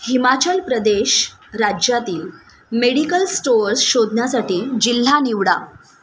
हिमाचल प्रदेश राज्यातील medical stores शोधण्यासाठी जिल्हा निवडा